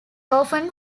often